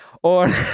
Und